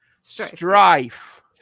Strife